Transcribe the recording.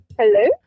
Hello